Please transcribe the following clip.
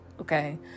Okay